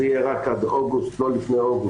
זה לא יהיה לפני אוגוסט.